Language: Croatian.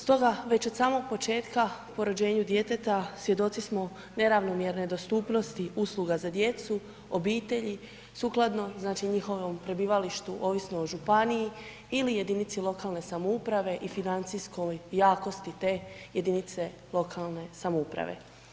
Stoga već od samog početka po rođenju djeteta svjedoci smo neravnomjerne dostupnosti usluga za djecu, obitelji, sukladno znači njihovom prebivalištu ovisno o županiji ili jedinici lokalne samouprave i financijskoj jakosti te jedinice lokalne samouprave.